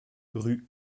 rue